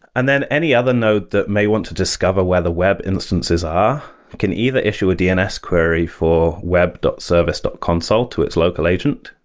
and then any other node that may want to discover whether web instances are can either issue a dns query for web service consul to its local agent,